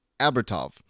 Abertov